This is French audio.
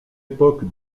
époque